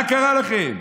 מה קרה לכם?